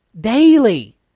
daily